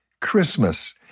Christmas